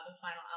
final